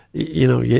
you know, yeah